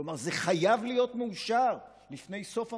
כלומר, זה חייב להיות מאושר לפני סוף המושב.